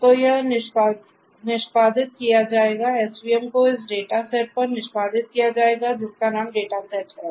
तो यह निष्पादित किया जाएगा svm को इस डेटा सेट पर निष्पादित किया जाएगा जिसका नाम डेटासेट है